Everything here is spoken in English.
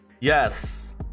Yes